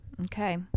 okay